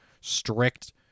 strict